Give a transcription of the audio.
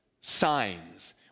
signs